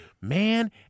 Man